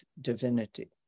divinity